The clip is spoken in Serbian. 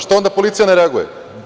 Što onda policija ne reaguje?